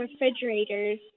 refrigerators